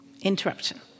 interruption